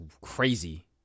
crazy